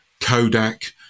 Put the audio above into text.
Kodak